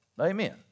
Amen